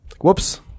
Whoops